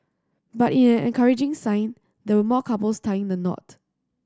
but in an encouraging sign there were more couples tying the knot